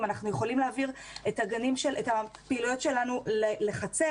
אנחנו יכולים להעביר את הפעילויות שלנו לחצר.